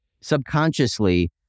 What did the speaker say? subconsciously